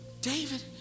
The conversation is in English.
David